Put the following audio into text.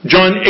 John